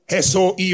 SOE